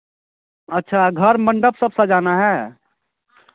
अच्छा घर मंडप सब सजाना है